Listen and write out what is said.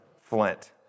Flint